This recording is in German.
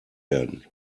werden